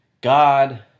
God